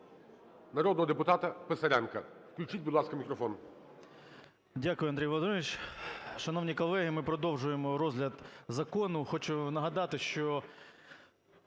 народного депутата Писаренка. Включіть, будь ласка, мікрофон. 10:12:37 ПИСАРЕНКО В.В. Дякую, Андрій Володимирович. Шановні колеги, ми продовжуємо розгляд закону. Хочу нагадати, що